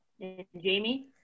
jamie